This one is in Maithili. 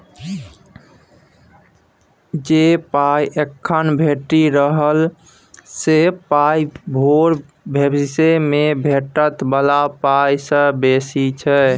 जे पाइ एखन भेटि रहल से पाइक मोल भबिस मे भेटै बला पाइ सँ बेसी छै